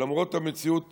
למרות המציאות